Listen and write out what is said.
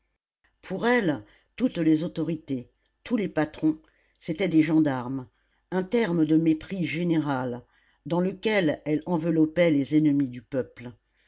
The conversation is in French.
pour elle toutes les autorités tous les patrons c'étaient des gendarmes un terme de mépris général dans lequel elle enveloppait les ennemis du peuple